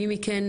מי מכן,